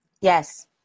Yes